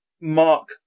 Mark